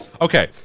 Okay